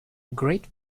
great